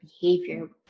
behavior